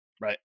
right